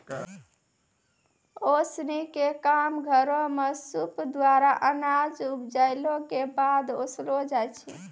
ओसौनी क काम घरो म सूप द्वारा अनाज उपजाइला कॅ बाद ओसैलो जाय छै?